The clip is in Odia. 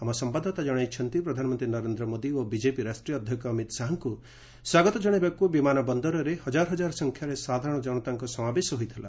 ଆମ ସମ୍ଭାଦଦାତା ଜଣାଇଛନ୍ତି ପ୍ରଧାନମନ୍ତ୍ରୀ ନରେନ୍ଦ୍ର ମୋଦି ଓ ବିଜେପି ରାଷ୍ଟ୍ରୀୟ ଅଧ୍ୟକ୍ଷ ଅମିତ୍ ଶାହାଙ୍କୁ ସ୍ୱାଗତ ଜଣାଇବାକୁ ବିମାନ ବନ୍ଦରରେ ହଜାର ସଂଖ୍ୟାରେ ସାଧାରଣ ଜନତାଙ୍କ ସମାବେଶ ହୋଇଥିଲା